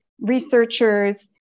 researchers